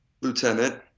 lieutenant